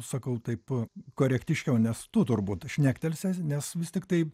sakau taip korektiškiau nes tu turbūt šnektelsi nes vis tiktai